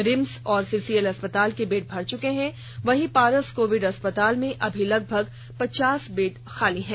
RIMS और CCL अस्पताल के बेड भर चुके हैं वहीं पारस कोविड अस्पताल में अभी लगभग पचास बेड खाली हैं